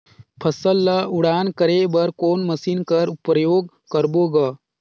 फसल ल उड़ान करे बर कोन मशीन कर प्रयोग करबो ग?